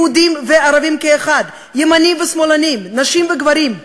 יהודים וערבים כאחד, ימנים ושמאלנים, נשים וגברים,